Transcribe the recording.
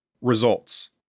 Results